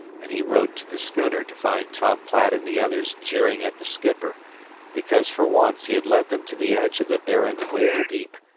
and he rowed to the schooner to find tom platt and the others jeering at the skipper because, for once, he had led them to the edge of the barren whale-deep,